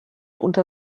unter